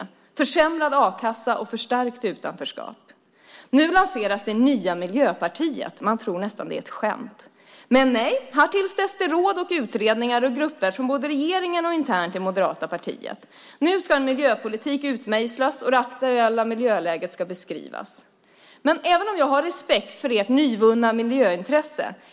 Jo, det blev försämrad a-kassa och förstärkt utanförskap. Nu lanseras det nya miljöpartiet - man tror nästan att det är ett skämt. Men nej, här tillsätts råd, utredningar och grupper från både regeringen och internt i det moderata partiet. Nu ska en miljöpolitik utmejslas och det aktuella miljöläget beskrivas. Jag har respekt för ert nyvunna miljöintresse.